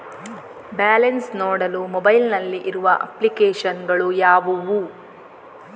Balance ನೋಡಲು mobile ನಲ್ಲಿ ಇರುವ ಅಪ್ಲಿಕೇಶನ್ ಗಳು ಯಾವುವು?